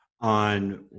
On